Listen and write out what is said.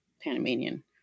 Panamanian